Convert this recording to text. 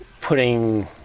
putting